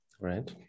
right